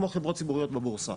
כמו חברות ציבוריות בבורסה.